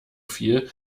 viel